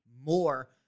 more